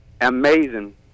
Amazing